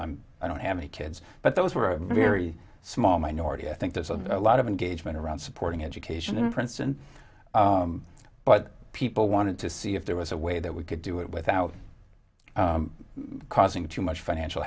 kids i don't have any kids but those were a very small minority i think there's a lot of engagement around supporting education in princeton but people wanted to see if there was a way that we could do it without causing too much financial